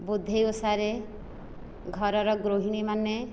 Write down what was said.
ବୁଧେଇ ଓଷାରେ ଘରର ଗୃହିଣୀ ମାନେ